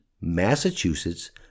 Massachusetts